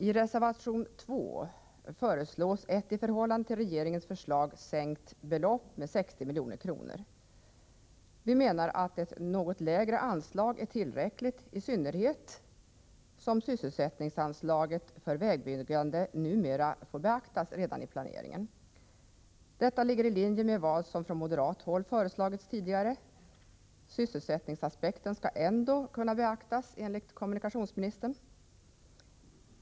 I reservation 2 föreslås ett i förhållande till regeringens förslag sänkt anslag med 60 milj.kr. Vi menar att ett något lägre anslag är tillräckligt, i synnerhet som sysselsättningsanslaget för vägbyggande numera får beaktas redan i planeringen. Detta ligger i linje med vad som från moderat håll föreslagits tidigare. Sysselsättningsaspekten skall ändå kunna beaktas, enligt kommunikationsministern.